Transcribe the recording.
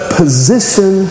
position